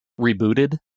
rebooted